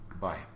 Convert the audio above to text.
Bye